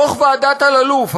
דוח ועדת אלאלוף,